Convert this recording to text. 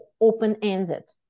open-ended